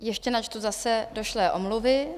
Ještě načtu zase došlé omluvy.